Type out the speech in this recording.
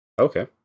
Okay